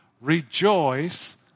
rejoice